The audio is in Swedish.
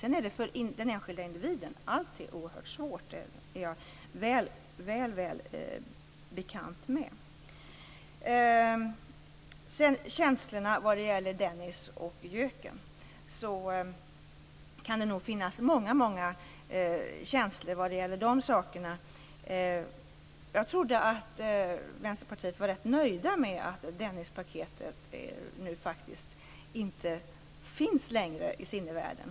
Sedan är det för den enskilda individen alltid oerhört svårt, det är jag väl medveten om. Det finns nog många känslor inför Dennispaketet och GÖK:en. Jag trodde att man i Vänsterpartiet var rätt nöjd med att Dennispaketet inte längre finns i sinnevärlden.